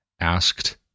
asked